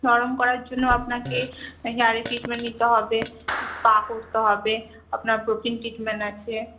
নরম করার জন্য আপনাকে হেয়ারের ট্রিটমেন্ট নিতে হবে স্পা করতে হবে আপনার প্রোটিন ট্রিটমেন্ট আছে